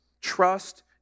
trust